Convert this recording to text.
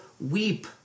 weep